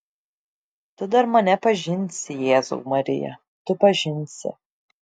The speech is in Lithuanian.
tu dar mane pažinsi jėzau marija tu pažinsi